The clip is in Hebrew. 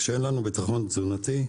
כשאין לנו ביטחון תזונתי,